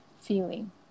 feeling